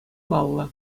паллӑ